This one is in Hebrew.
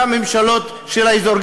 גם ממשלות של האזור,